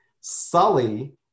Sully